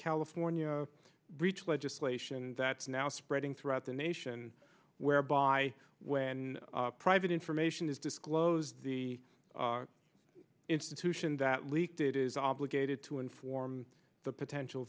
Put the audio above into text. california breach legislation that's now spreading throughout the nation whereby when private information is disclosed the institution that leaked it is obligated to inform the potential